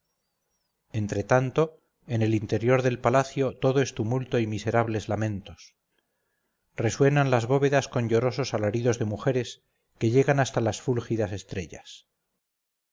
entre tanto en el interior del palacio todo es tumulto y miserables lamentos resuenan las bóvedas con llorosos alaridos de mujeres que llegan hasta las fúlgidas estrellas